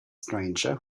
stranger